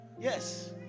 Yes